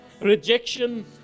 Rejection